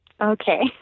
Okay